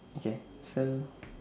okay so